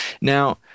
Now